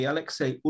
Alexei